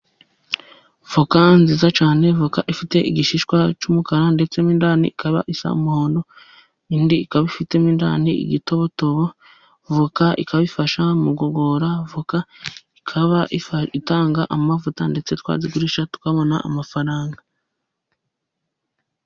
Voka nziza cyane, voka ifite igishishwa cy'umukara ndetse mo indani ikaba isa umuhondo, indi ikaba ifitemo indani igitoboto. Voka ikaba ifasha mu igogora, voka ikaba itanga amavuta ndetse twazigurisha tukabona amafaranga.